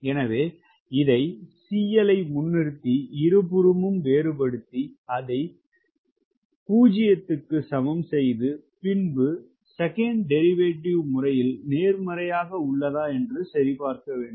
எனவே இதை CL ஐ முன்னிறுத்தி இருபுறமும் வேறுபடுத்தி அதை ௦ இக்கு சமன் செய்து பின்பு செகண்ட் டெரிவேட்டிவ் நேர்மறையாக உள்ளதா என்று சரிபார்க்க வேண்டும்